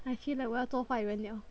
I feel like 我要做坏人了